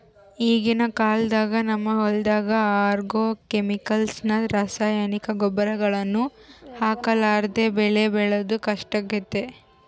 ಈಗಿನ ಕಾಲದಾಗ ನಮ್ಮ ಹೊಲದಗ ಆಗ್ರೋಕೆಮಿಕಲ್ಸ್ ನ ರಾಸಾಯನಿಕ ಗೊಬ್ಬರಗಳನ್ನ ಹಾಕರ್ಲಾದೆ ಬೆಳೆ ಬೆಳೆದು ಕಷ್ಟಾಗೆತೆ